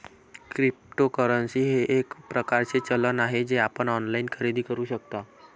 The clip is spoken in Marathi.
क्रिप्टोकरन्सी हे एक प्रकारचे चलन आहे जे आपण ऑनलाइन खरेदी करू शकता